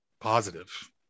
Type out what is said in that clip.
positive